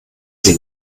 sie